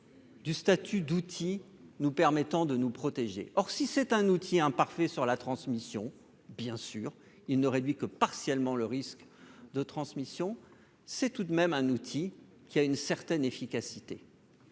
du statut d'outils nous permettant de nous protéger, or, si c'est un outil, un parfait sur la transmission, bien sûr, il ne réduit que partiellement le risque de transmission, c'est tout de même un outil qui a une certaine efficacité